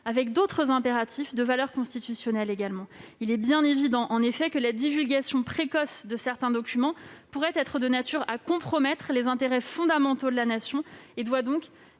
avec d'autres impératifs, également de valeur constitutionnelle. Il est bien évident que la divulgation précoce de certains documents pourrait être de nature à compromettre les intérêts fondamentaux de la Nation et doit donc